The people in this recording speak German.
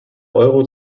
euro